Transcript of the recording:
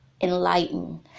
enlighten